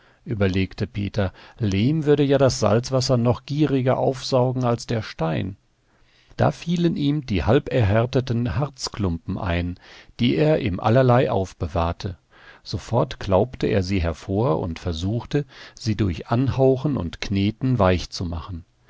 überlegte peter lehm würde ja das salzwasser noch gieriger aufsaugen als der stein da fielen ihm die halberhärteten harzklumpen ein die er im allerlei aufbewahrte sofort klaubte er sie hervor und versuchte sie durch anhauchen und kneten weich zu machen